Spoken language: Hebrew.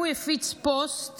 הוא הפיץ פוסט